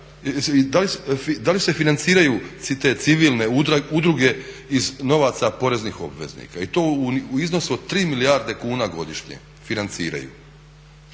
da li se financiraju te civilne udruge iz novaca poreznih obveznika i to u iznosu od 3 milijarde kuna godišnje financiraju?